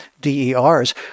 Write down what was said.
DERs